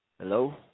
Hello